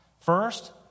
First